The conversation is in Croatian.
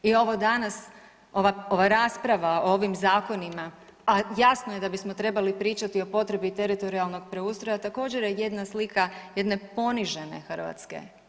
I ovo danas, ova rasprava o ovim zakonima, a jasno je da bismo trebali pričati o potrebi teritorijalnog preustroja također je jedna slika, jedne ponižene Hrvatske.